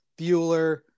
Bueller